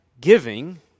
giving